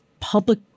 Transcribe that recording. Public